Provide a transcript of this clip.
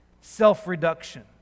self-reduction